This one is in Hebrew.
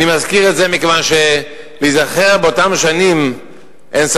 אני מזכיר את זה כדי שניזכר שבאותן שנים לא היה